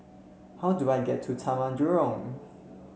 how do I get to Taman Jurong